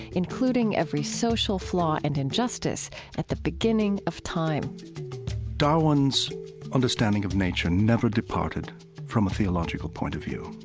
including every social flaw and injustice at the beginning of time darwin's understanding of nature never departed from a theological point of view.